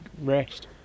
rest